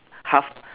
half